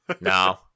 No